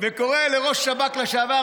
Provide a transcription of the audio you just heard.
וקורא לראש שב"כ לשעבר,